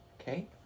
Okay